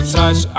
touch